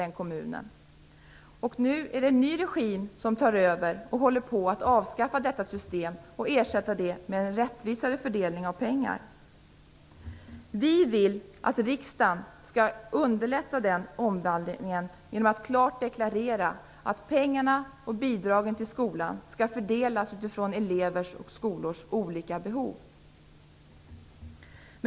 Nu är det en ny regim som tar över och som håller på att avskaffa detta system och ersätta det med en rättvisare fördelning av pengar. Vi vill att riksdagen skall underlätta denna omvandling genom att klart deklarera att pengarna och bidragen till skolan skall fördelas utifrån elevers och skolors olika behov.